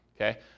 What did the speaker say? Okay